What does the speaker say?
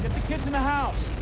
the kids in the house.